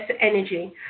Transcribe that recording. energy